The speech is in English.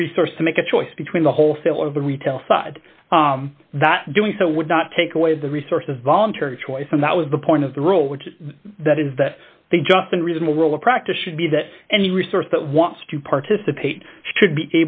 a resource to make a choice between the whole sale of the retail side that doing so would not take away the resources voluntary choice and that was the point of the rule which is that is that the just and reasonable rule of practice should be that any resource that wants to participate should be